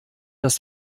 das